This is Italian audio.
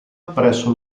presso